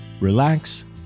relax